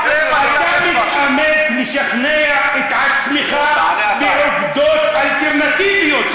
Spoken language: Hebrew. אתה מתאמץ לשכנע את עצמך בעובדות אלטרנטיביות,